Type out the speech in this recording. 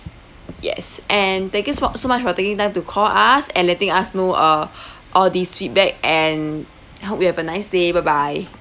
yes and thank you so so much for taking time to call us and letting us know uh all these feedback and hope you have a nice day bye bye